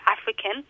African